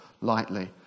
lightly